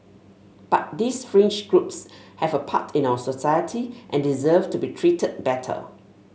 but these fringe groups have a part in our society and deserve to be treated better